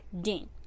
Dean